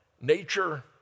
nature